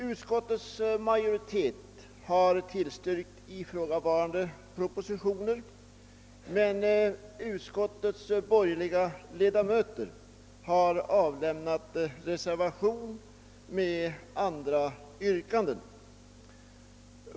Utskottsmajoriteten har tillstyrkt ifrågavarande propositioner, men utskottets borgerliga ledamöter har avlämnat reservation med andra yrkanden.